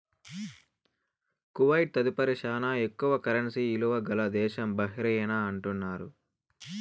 Kuwait తదుపరి శానా ఎక్కువ కరెన్సీ ఇలువ గల దేశం బహ్రెయిన్ అంటున్నారు